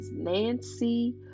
nancy